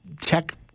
tech